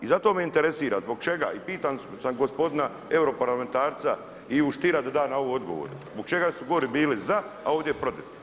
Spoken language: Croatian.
I zato me interesira zbog čega i pitam sada gospodina europarlamentarca Ivu Stiera da na ovo da odgovor, zbog čega su gori bili za, a ovdje protiv.